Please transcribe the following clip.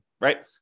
right